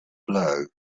blow